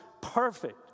perfect